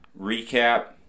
recap